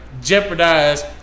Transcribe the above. jeopardize